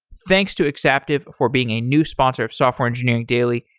thanks to exaptive for being a new sponsor of software engineering daily.